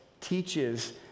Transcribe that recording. teaches